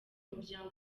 umuryango